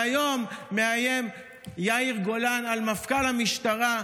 והיום מאיים יאיר גולן על מפכ"ל המשטרה: